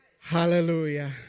Hallelujah